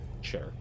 sure